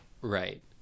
Right